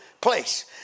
place